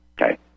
Okay